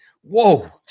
whoa